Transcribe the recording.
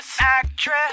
actress